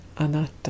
anatta